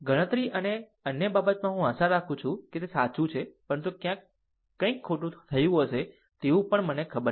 ગણતરી અને અન્ય બાબતમાં હું આશા રાખું છું કે તે સાચું છે પરંતુ ક્યાંક કંઈક ખોટું થયું હશે તેવું પણ મને ખબર નથી